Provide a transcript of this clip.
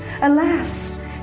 Alas